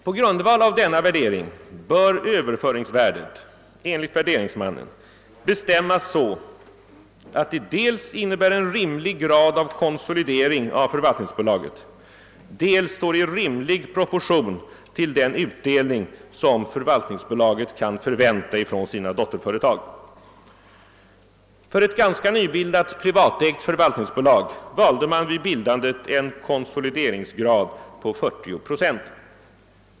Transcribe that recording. På grundval av denna värdering bör överföringsvärdet enligt värderingsmannen bestämmas så att det dels innebär en rimlig grad av konsolidering av förvaltningsbolaget, dels står i rimlig proportion till den utdelning som förvaltningsbolaget kan förvänta från sina dotterföretag. För ett ganska nybildat privatägt förvaltningsbolag valde man vid bildandet en konsolideringsgrad på 40 procent.